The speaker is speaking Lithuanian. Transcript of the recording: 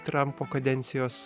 trampo kadencijos